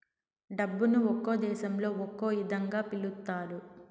డబ్బును ఒక్కో దేశంలో ఒక్కో ఇదంగా పిలుత్తారు